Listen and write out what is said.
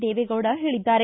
ದೇವೇಗೌಡ ಹೇಳಿದ್ದಾರೆ